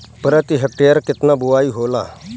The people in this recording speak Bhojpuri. प्रति हेक्टेयर केतना बुआई होला?